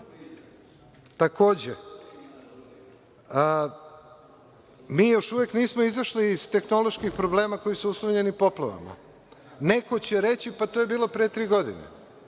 još uvek nismo izašli iz tehnoloških problema koji su uslovljeni poplavama. Neko će reći, pa to je bilo pre tri godine,